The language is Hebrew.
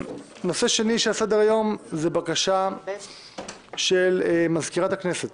הנושא השני שעל סדר-היום הוא הבקשה של מזכירת הכנסת